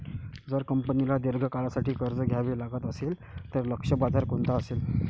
जर कंपनीला दीर्घ काळासाठी कर्ज घ्यावे लागत असेल, तर लक्ष्य बाजार कोणता असेल?